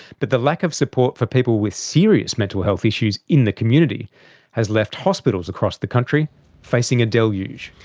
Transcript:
but the lack of support for people with serious mental health issues in the community has left hospitals across the country facing a deluge.